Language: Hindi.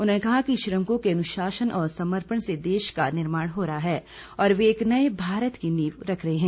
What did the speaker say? उन्होंने कहा कि श्रमिकों के अनुशासन और समर्पण से देश का निर्माण हो रहा है और वे एक नए भारत की नींव रख रहे हैं